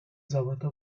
zapata